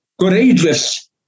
courageous